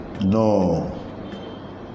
No